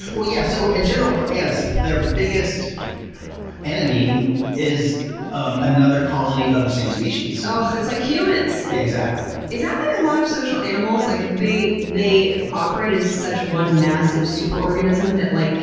well yeah. so in general for ants, their biggest enemy is um another colony of the same species. oh. it's like humans! yeah, exactly. is that like a lot of social animals? like they they operate as such one massive super-organism that, like,